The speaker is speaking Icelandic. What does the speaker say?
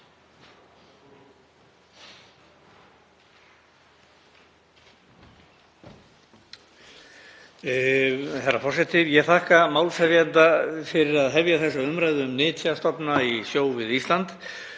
Herra forseti. Ég þakka málshefjanda fyrir að hefja þessa umræðu um nytjastofna í sjó við Ísland,